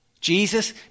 Jesus